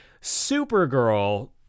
Supergirl